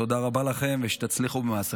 תודה רבה לכם, ושתצליחו במעשיכם.